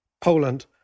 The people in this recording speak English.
Poland